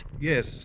Yes